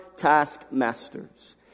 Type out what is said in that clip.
taskmasters